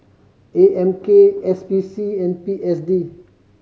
A M K S P C and P S D